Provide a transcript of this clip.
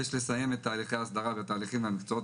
יש לסיים את תהליכי ההסדרה בתהליכים במקצועות